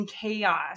chaos